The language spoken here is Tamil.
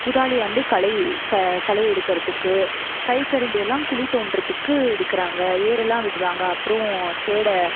குதாலி வந்து களை க களை எடுக்கிறத்துக்கு கை கரண்டி எல்லாம் குழி தோண்டுறத்துக்கு எடுக்கிறாங்க ஏர் எல்லாம் விடுறாங்க அப்புறோம் சேடை